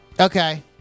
Okay